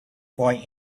boy